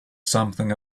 something